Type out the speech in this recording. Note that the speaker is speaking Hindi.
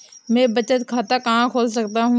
मैं बचत खाता कहाँ खोल सकता हूँ?